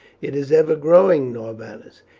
it is ever growing, norbanus.